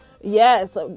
Yes